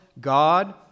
God